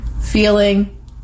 Feeling